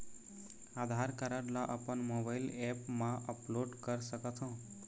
आधार card ला अपन mobile app मा अपलोड कर सकथों?